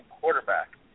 quarterback